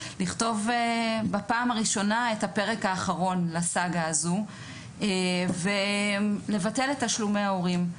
לכתוב בפעם הראשונה את הפרק האחרון לסאגה הזו לבטל את תשלומי ההורים.